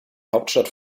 hauptstadt